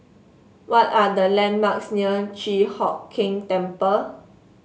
what are the landmarks near Chi Hock Keng Temple